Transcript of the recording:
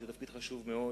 שהוא תפקיד חשוב מאוד,